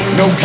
no